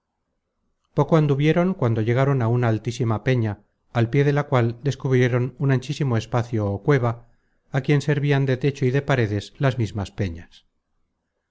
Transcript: poco anduvieron cuando llegaron a una altísima peña al pié de la cual descubrieron un anchísimo espacio ó cueva á quien servian de techo y de paredes las mismas peñas